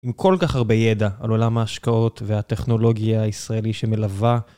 עם כל כך הרבה ידע על עולם ההשקעות והטכנולוגיה הישראלי שמלווה.